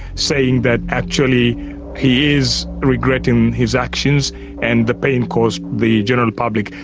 saying that actually he is regretting his actions and the pain caused the general public.